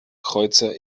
kreuzer